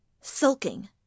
sulking